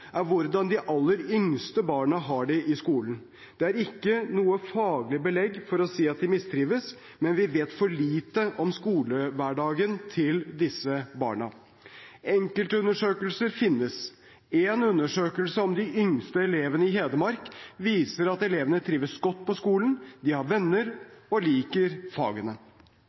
er hvordan de aller yngste barna har det i skolen. Det er ikke faglig belegg for å si at de mistrives, men vi vet for lite om skolehverdagen til disse barna. Enkeltundersøkelser finnes. En undersøkelse om de yngste elevene i Hedmark viser at elevene trives godt på skolen, har venner og liker fagene.